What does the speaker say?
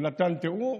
הוא נתן תיאור.